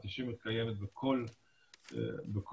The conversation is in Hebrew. האנטישמיות קיימת בכל פינה,